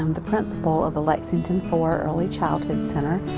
and the principal of the lexington four early childhood center.